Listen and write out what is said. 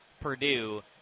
Purdue